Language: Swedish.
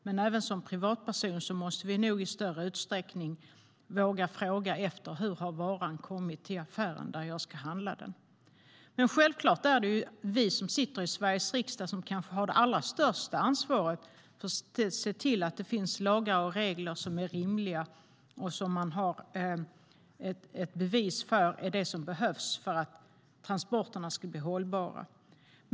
Men även som privatpersoner måste vi nog i större utsträckning våga fråga efter: Hur har varan kommit till affären där jag ska handla den? Självklart är det vi som sitter i Sveriges riksdag som kanske har det allra största ansvaret för att se till att det finns lagar och regler som är rimliga och bevis för att det är vad som behövs för att transporterna ska bli hållbara.